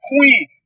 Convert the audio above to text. queen